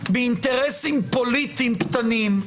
מאינטרסים פוליטיים קטנים,